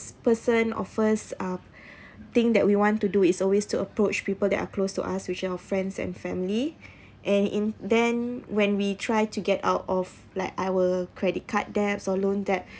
person offers uh thing that we want to do is always to approach people that are close to us which are our friends and family and in then when we try to get out of like our credit card debts or loan debt